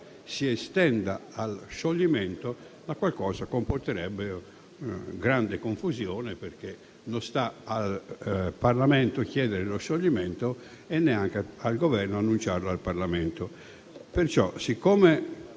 si estenda allo scioglimento, la qual cosa comporterebbe grande confusione perché non sta al Parlamento chiedere lo scioglimento e neanche al Governo annunciarlo al Parlamento. Poiché